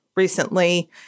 recently